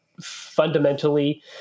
fundamentally